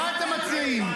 מה אתם מציעים?